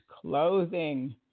clothing